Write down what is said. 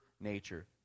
nature